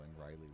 Riley